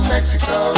Mexico